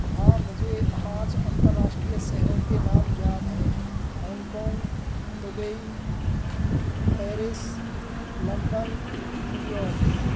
हाँ मुझे पाँच अंतर्राष्टीय शहरों के नाम याद हैं Hong Kong Dubai Paris London New York